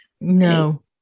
No